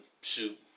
Shoot